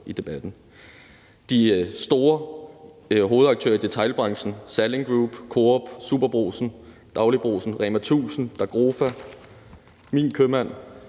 De store hovedaktører i detailbranchen – Salling Group, Coop, SuperBrugsen, Dagli'Brugsen, REMA 1000, Dakofa, Min Købmand,